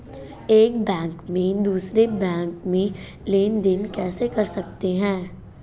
एक बैंक से दूसरे बैंक में लेनदेन कैसे कर सकते हैं?